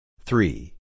Three